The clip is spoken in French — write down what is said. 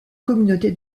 communauté